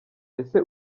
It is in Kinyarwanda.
ese